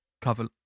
cover